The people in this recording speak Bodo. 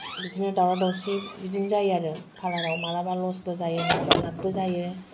बिदिनो दावराव दावसि बिदिनो जायो आरो पार्लाराव मालाबा लसबो जायो मालाबा लाबबो जायो